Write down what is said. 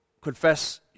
confess